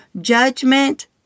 judgment